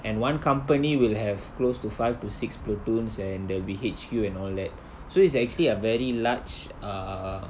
and one company will have close to five to six platoons and there'll be H_Q and all that so it's actually a very large err